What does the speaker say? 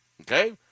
okay